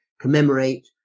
commemorate